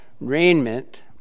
raiment